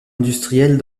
industrielle